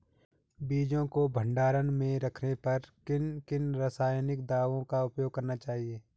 बीजों को भंडारण में रखने पर किन किन रासायनिक दावों का उपयोग करना चाहिए?